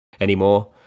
anymore